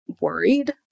worried